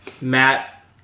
Matt